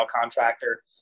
contractor